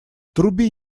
труби